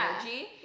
energy